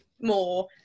more